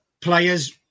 players